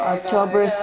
October